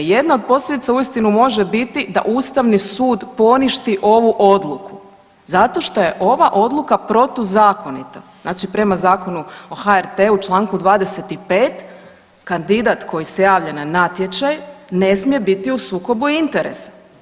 Jedna od posljedica uistinu može biti da ustavni su poništi ovu odluku zato što je ova odluka protuzakonita, znači prema Zakonu o HRT-u u čl. 25. kandidata koji se javlja na natječaj ne smije biti u sukobu interesa.